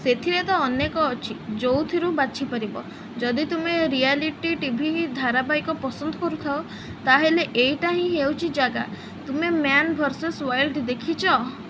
ସେଥିରେ ତ ଅନେକ ଅଛି ଯେଉଁଥିରୁ ବାଛିପାରିବ ଯଦି ତୁମେ ରିଆଲିଟି ଟି ଭି ହିଁ ଧାରାବାହିକ ପସନ୍ଦ କରୁଥାଅ ତା'ହେଲେ ଏଇଟା ହିଁ ହେଉଛି ଜାଗା ତୁମେ ମ୍ୟାନ୍ ଭର୍ସେସ୍ ୱାଇଲ୍ଡ଼୍ ଦେଖିଛ